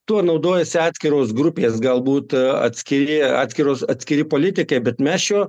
tuo naudojasi atskiros grupės galbūt atskiri atskiros atskiri politikai bet mes šio